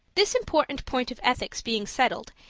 this important point of ethics being settled,